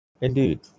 indeed